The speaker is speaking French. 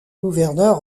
gouverneur